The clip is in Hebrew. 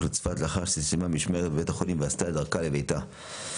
לצפת לאחר שסיימה משמרת ועשתה את דרכה לשוב לביתה.